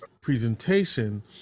presentation